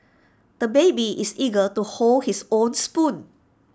the baby is eager to hold his own spoon